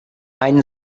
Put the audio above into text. ein